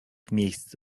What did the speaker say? miejsc